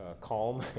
Calm